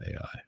AI